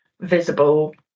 visible